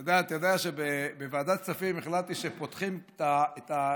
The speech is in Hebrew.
אתה יודע שבוועדת הכספים החלטתי שפותחים את,